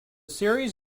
series